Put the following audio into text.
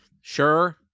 Sure